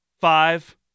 Five